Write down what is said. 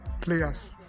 players